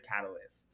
catalyst